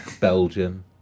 belgium